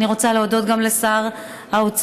אני רוצה להודות גם לשר האוצר,